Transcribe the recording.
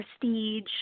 prestige